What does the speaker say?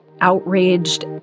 outraged